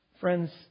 Friends